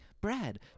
Brad